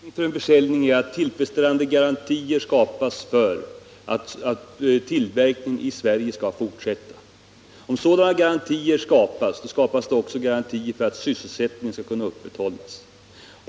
Herr talman! Förutsättningen för en försäljning är att tillfredsställande garantier skapas för att tillverkning i Sverige skall kunna fortsätta. Om sådana garantier skapas, skapas det också garantier för att sysselsättningen skall kunna upprätthållas.